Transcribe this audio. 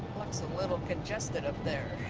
looks a little congested up there.